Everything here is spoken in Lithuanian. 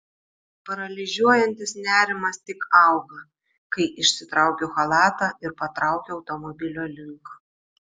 paralyžiuojantis nerimas tik auga kai išsitraukiu chalatą ir patraukiu automobilio link